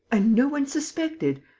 and no one suspected.